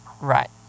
Right